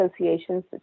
associations